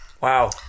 Wow